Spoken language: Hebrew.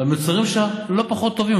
אבל המוצרים שלה לא פחות טובים,